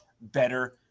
better